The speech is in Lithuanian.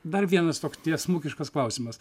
dar vienas toks tiesmukiškas klausimas